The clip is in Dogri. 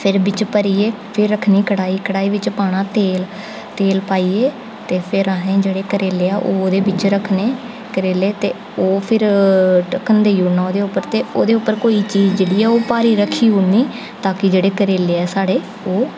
फिर बिच भरियै फिर रखनी कड़ाई कड़ाई बिच पाना तेल तेल पाइयै ते फिर अहें जेह्ड़े करेले ओह्दे बिच रखने करेले ते ओह् फिर टक्कन देई ओड़ना ओह्दे उप्पर ते ओह्दे उप्पर कोई चीज़ जेह्ड़ी ऐ ओह् भारी रखी औनी ताकि जेह्ड़े करेले ऐ साढ़े ओह्